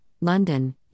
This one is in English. London